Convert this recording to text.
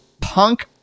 punk